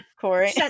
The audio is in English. Corey